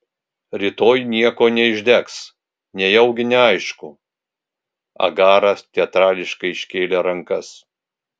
rytoj nieko neišdegs nejaugi neaišku agaras teatrališkai iškėlė rankas